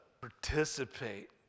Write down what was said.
participate